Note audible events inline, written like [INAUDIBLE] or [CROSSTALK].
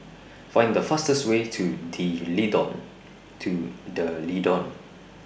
Find The fastest Way to D [UNINTELLIGIBLE] to D'Leedon